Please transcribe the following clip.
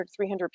300